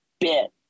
bit